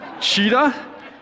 cheetah